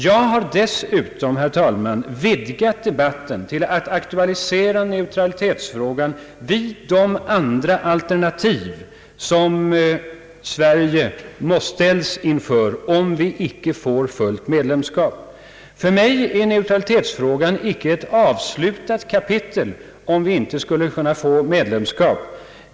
Jag har dessutom, herr talman, vidgat debatten genom att aktualisera neutralitetsfrågan vid de andra alternativ, som Sverige ställs inför om vi icke får fullt medlemskap. För mig är neutralitetsfrågan inte ett avslutat kapitel, om vi inte skulle kunna få medlemskap.